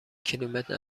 کیلومتر